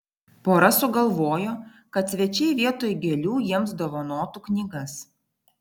pora sugalvojo kad svečiai vietoj gėlių jiems dovanotų knygas